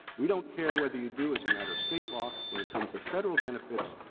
we don't care whether you do as a matter of state law, when it comes to federal benefits,